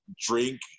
drink